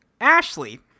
Ashley